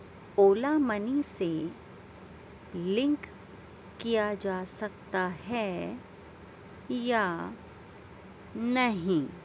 اولا money سے link کیا جا سکتا ہے یا نہیں